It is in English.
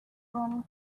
running